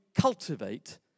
cultivate